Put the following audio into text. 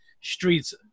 streets